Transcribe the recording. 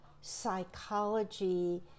psychology